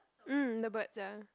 um the birds ya